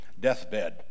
deathbed